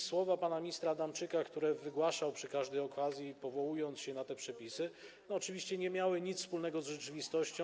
Słowa pana ministra Adamczyka, które wygłaszał przy każdej okazji, powołując się na te przepisy, oczywiście nie miały nic wspólnego z rzeczywistością.